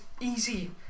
easy